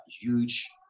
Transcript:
huge